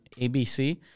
ABC